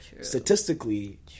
statistically